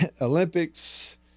Olympics